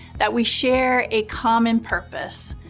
that we share a common purpose,